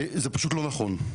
זה פשוט לא נכון.